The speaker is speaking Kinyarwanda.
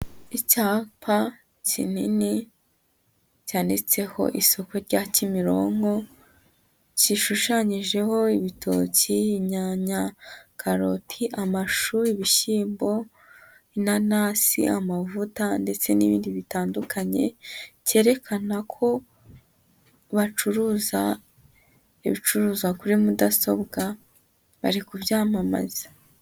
Icyapa kinini cyanditseho isoko rya Kimironko, gishushanyijeho ibitoki, inyanya, karoti, amashu, ibishyimbo, inanasi, amavuta ndetse n'ibindi bitandukanye, cyerekana ko bacuruza ibicuruzwa kuri mudasobwa bari kubyamamaza.